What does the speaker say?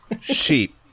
Sheep